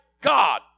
God